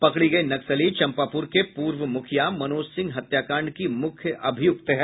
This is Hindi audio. पकड़ी गयी नक्सली चंपापूर के पूर्व मूखिया मनोज सिंह हत्याकांड की मूख्य अभिय्क्त है